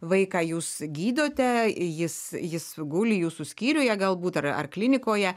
vaiką jūs gydote jis jis guli jūsų skyriuje galbūt ar ar klinikoje